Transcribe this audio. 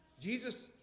Jesus